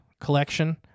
collection